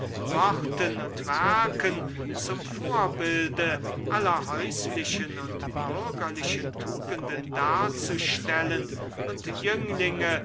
worten und werken zum vorbilde aller häuslichen und bürgerlichen tugenden darzustellen und jünglinge